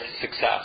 success